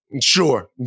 Sure